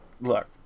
Look